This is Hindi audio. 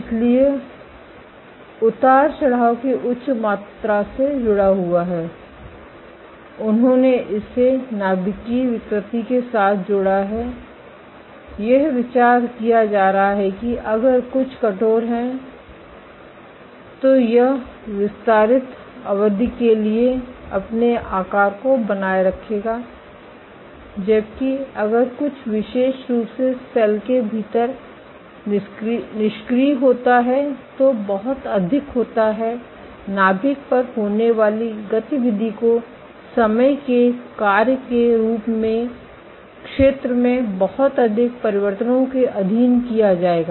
इसलिए उतार चढ़ाव की उच्च मात्रा से जुड़ा हुआ है उन्होंने इसे नाभिकीय विकृति के साथ जोड़ा है यह विचार किया जा रहा है कि अगर कुछ कठोर है तो यह विस्तारित अवधि के लिए अपने आकार को बनाए रखेगा जबकि अगर कुछ विशेष रूप से सेल के भीतर निष्क्रिय होता है तो बहुत अधिक होता है नाभिक पर होने वाली गतिविधि को समय के एक कार्य के रूप में क्षेत्र में बहुत अधिक परिवर्तनों के अधीन किया जाएगा